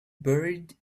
buried